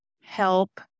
help